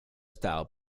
style